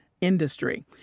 industry